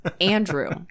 Andrew